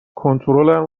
کنترلم